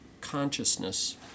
consciousness